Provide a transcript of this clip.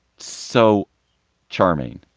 so charming.